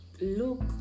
look